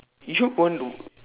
yishun-pondok